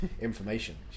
Information